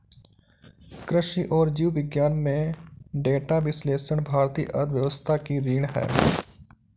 कृषि और जीव विज्ञान में डेटा विश्लेषण भारतीय अर्थव्यवस्था की रीढ़ है